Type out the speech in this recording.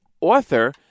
author